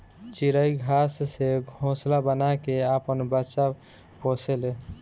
चिरई घास से घोंसला बना के आपन बच्चा पोसे ले